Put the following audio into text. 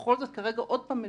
ששוב משנים